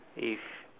if